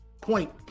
Point